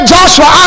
Joshua